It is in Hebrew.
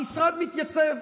המשרד מתייצב.